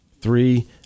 three